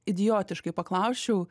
idiotiškai paklausčiau